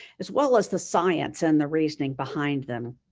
as well as the science and the reasoning behind them.